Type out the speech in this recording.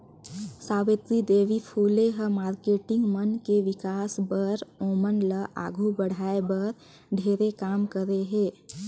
सावित्री देवी फूले ह मारकेटिंग मन के विकास बर, ओमन ल आघू बढ़ाये बर ढेरे काम करे हे